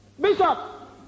Bishop